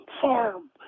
farm